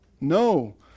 No